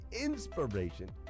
inspiration